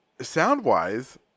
sound-wise